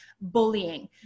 bullying